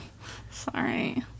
Sorry